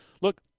look